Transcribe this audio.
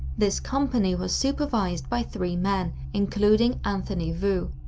this company was supervised by three men, including anthony vu.